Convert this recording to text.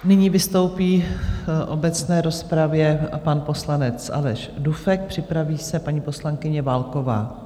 Nyní vystoupí v obecné rozpravě pan poslanec Aleš Dufek, připraví se paní poslankyně Válková.